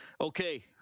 Okay